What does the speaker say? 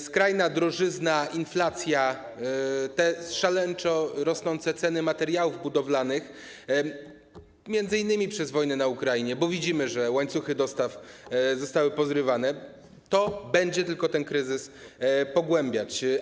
Skrajna drożyzna, inflacja, szaleńczo rosnące ceny materiałów budowlanych, m.in. przez wojnę na Ukrainie, bo wiemy, że łańcuchy dostaw zostały pozrywane - to będzie tylko ten kryzys pogłębiać.